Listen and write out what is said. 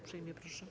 Uprzejmie proszę.